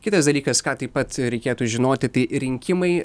kitas dalykas ką taip pat reikėtų žinoti tai rinkimai